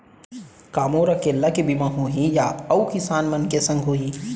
का मोर अकेल्ला के बीमा होही या अऊ किसान मन के संग होही?